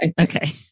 Okay